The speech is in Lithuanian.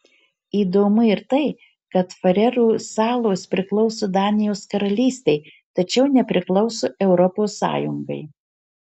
įdomu ir tai kad farerų salos priklauso danijos karalystei tačiau nepriklauso europos sąjungai